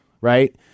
right